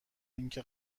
اینکه